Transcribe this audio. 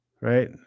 right